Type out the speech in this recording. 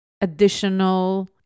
additional